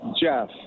Jeff